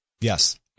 Yes